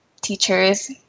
teachers